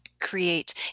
create